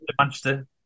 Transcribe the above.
Manchester